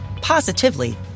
positively